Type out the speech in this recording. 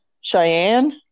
Cheyenne